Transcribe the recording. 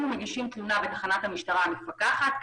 ומגישים תלונה בתחנת המשטרה המפקחת.